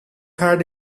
had